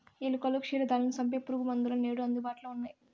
ఎలుకలు, క్షీరదాలను సంపె పురుగుమందులు నేడు అందుబాటులో ఉన్నయ్యి